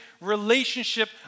relationship